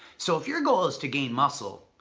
so if your goal is to gain muscle,